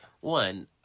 One